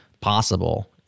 possible